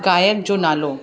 गाइक जो नालो